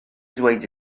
dweud